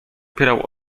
opierał